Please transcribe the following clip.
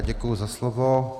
Děkuji za slovo.